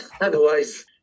otherwise